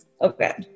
okay